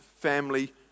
family